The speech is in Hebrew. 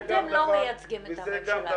אתם לא מייצגים את הממשלה,